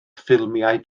ffilmiau